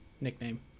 nickname